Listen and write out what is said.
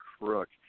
crook